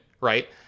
Right